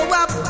up